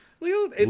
leo